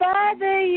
Father